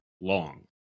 long